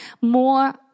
more